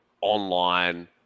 online